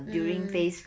mm